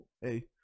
Hey